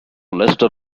lester